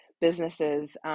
businesses